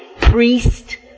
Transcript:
priest